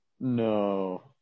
No